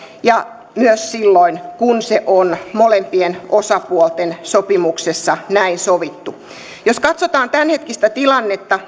ja myös silloin kun näin on molempien osapuolten sopimuksessa sovittu jos katsotaan tämänhetkistä tilannetta